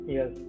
Yes